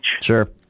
Sure